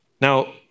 Now